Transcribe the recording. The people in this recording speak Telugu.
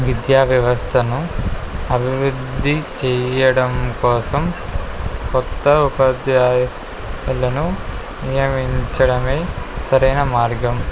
విద్యా వ్యవస్థను అభివృద్ధి చేయడం కోసం క్రొత్త ఉపాధ్యాయులను నియమించడమే సరైన మార్గం